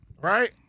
Right